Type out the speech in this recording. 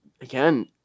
again